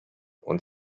und